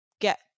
get